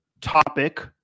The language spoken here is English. topic